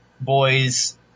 boys